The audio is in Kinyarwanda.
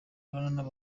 n’abantu